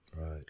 Right